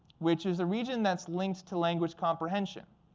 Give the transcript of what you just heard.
which is a region that's linked to language comprehension.